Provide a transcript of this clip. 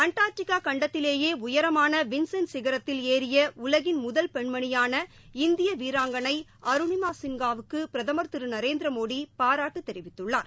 அண்டா்ட்டிகா கண்டத்திலேயே உயரமான வின்சென் சிகரத்தில் ஏறிய உலகின் முதல் பெண்மணியான இந்திய வீராங்கனை அருணிமா சின்ஹா வுக்கு பிரதமா் திரு நரேந்திரமோடி பாராட்டு தெரிவித்துள்ளார்